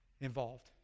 involved